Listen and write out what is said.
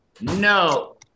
No